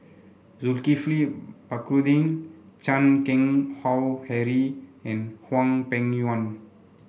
Zulkifli Baharudin Chan Keng Howe Harry and Hwang Peng Yuan